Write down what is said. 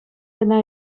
кӑна